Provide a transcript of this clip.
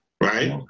Right